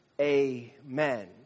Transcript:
amen